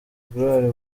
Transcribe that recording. gloire